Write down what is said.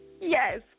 Yes